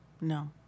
No